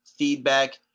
feedback